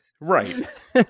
right